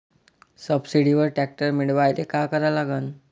सबसिडीवर ट्रॅक्टर मिळवायले का करा लागन?